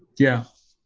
yeah